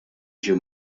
ġie